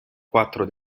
quattro